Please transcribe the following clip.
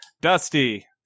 Dusty